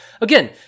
Again